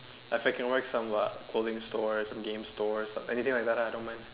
if I can work some uh clothing stores game stores anything like that ah I don't mind